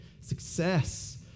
success